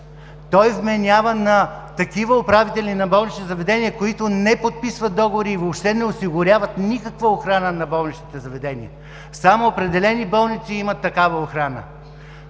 Той вменява на такива управители на болнични заведения, които не подписват договори и въобще не осигуряват никаква охрана на болничните заведения. Само определени болници имат такава охрана.